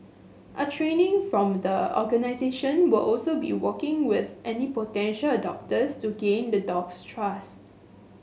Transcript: a training from the organisation will also be working with any potential adopters to gain the dog's trust